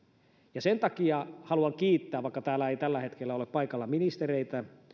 ja sen takia haluan kiittää vaikka täällä ei tällä hetkellä ole paikalla ministereitä